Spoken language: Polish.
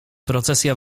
procesja